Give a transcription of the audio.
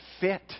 fit